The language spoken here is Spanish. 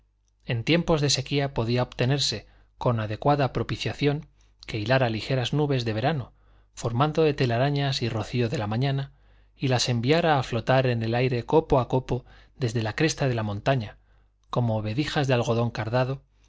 en tiempos de sequía podía obtenerse con adecuada propiciación que hilara ligeras nubes de verano formadas de telarañas y rocío de la mañana y las enviara a flotar en el aire copo a copo desde la cresta de la montaña como vedijas de algodón cardado